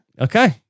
Okay